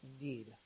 indeed